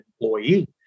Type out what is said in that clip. employee